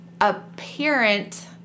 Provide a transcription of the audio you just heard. apparent